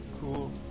Cool